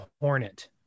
Hornet